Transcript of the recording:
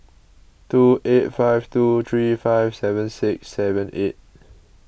two eight five two three five seven six seven eight